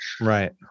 right